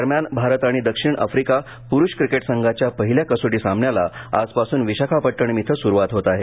दरम्यान भारत आणि दक्षिण आफ्रिका पुरुष क्रिकेट संघांच्या पहिल्या कसोटीसामन्याला आजपासून विशाखापट्टणम इथं सुरुवात होत आहे